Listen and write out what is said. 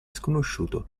sconosciuto